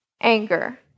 Anger